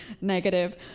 negative